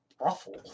awful